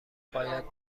باید